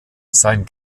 sein